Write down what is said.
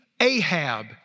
Ahab